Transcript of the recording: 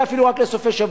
אולי אפילו רק לסופי-שבוע.